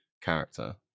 character